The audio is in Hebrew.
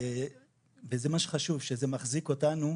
זה מה שחשוב: שזה מחזיק אותנו,